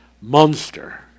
monster